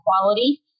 quality